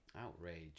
Outrage